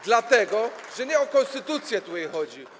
Dlatego że nie o konstytucję tutaj chodzi.